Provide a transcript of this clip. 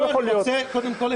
לא, אני רוצה קודם כול לנמק.